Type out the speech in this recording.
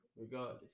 regardless